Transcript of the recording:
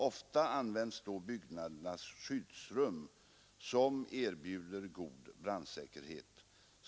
Ofta används då byggnadernas skyddsrum som erbjuder god brandsäkerhet.